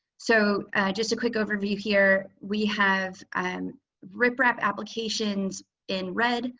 so just a quick overview here we have rip rap applications in red,